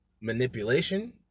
manipulation